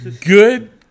good